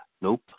Nope